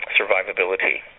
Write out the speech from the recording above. survivability